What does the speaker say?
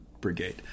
Brigade